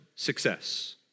success